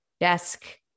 desk